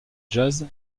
jazz